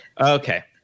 Okay